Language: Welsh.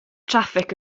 traffig